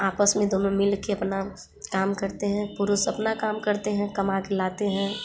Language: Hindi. आपस में दोनों मिल कर अपना काम करते हैं पुरुष अपना काम करते हैं कमा के लाते हैं